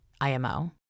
IMO